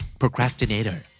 procrastinator